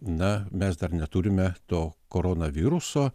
na mes dar neturime to koronaviruso